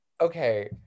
okay